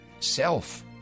self